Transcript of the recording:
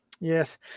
Yes